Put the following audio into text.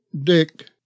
Dick